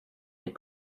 les